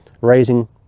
raising